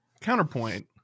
Counterpoint